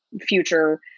future